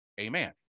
Amen